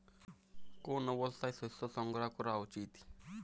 কোন অবস্থায় শস্য সংগ্রহ করা উচিৎ?